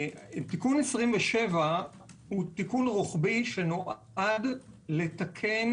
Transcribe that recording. תיקון 27 הוא תיקון רוחבי שנועד לתקן